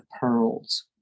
pearls